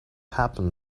happened